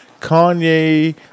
Kanye